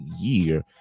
year